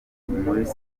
muri